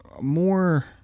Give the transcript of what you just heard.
more